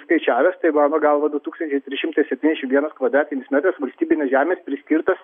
skaičiavęs tai mano galva du tūkstančiai trys šimtai septyniasdešimt vienas kvadratinis metras valstybinės žemės priskirtas